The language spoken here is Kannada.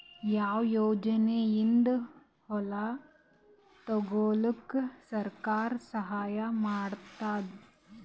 ಯಾವ ಯೋಜನೆಯಿಂದ ಹೊಲ ತೊಗೊಲುಕ ಸರ್ಕಾರ ಸಹಾಯ ಮಾಡತಾದ?